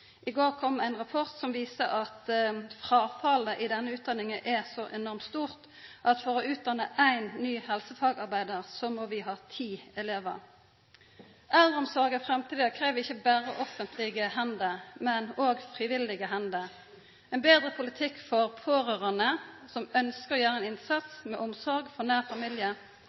I går kom ein rapport som viser at fråfallet i den utdanninga er så enormt stort at for å utdanna éin ny helsefagarbeidar må vi ha ti elevar. Eldreomsorga i framtida krev ikkje berre fleire offentlege hender, men òg frivillige hender. Ein betre politikk for pårørande som ønskjer å gjera ein innsats med omsorg for nær